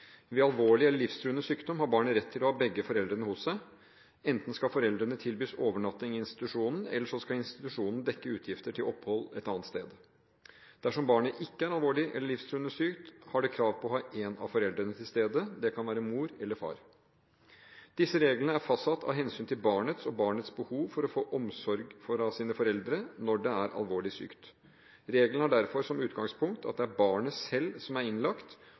Ved alvorlig eller livstruende sykdom har barnet rett til å ha begge foreldrene hos seg. Enten skal foreldrene tilbys overnatting i institusjonen, eller så skal institusjonen dekke utgifter til opphold annet sted. Dersom barnet ikke er alvorlig eller livstruende sykt, har det krav på å ha én av foreldrene til stede. Dette kan være mor eller far. Disse reglene er fastsatt av hensyn til barnet og barnets behov for å få omsorg fra sine foreldre når det er alvorlig sykt. Reglene har derfor som utgangspunkt at det er barnet selv som er innlagt, og vil gjelde når barnet er innlagt